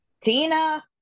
Tina